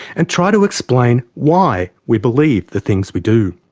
and try to explain why we believe the things we do.